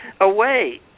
away